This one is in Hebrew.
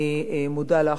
אני מודה לך,